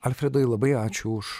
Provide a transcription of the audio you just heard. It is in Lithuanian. alfredai labai ačiū už